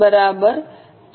બરાબર